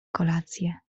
kolację